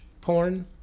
porn